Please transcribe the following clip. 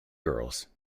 girls